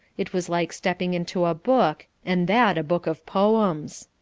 it was like stepping into a book, and that a book of poems.